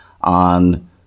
on